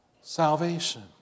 salvation